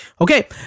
okay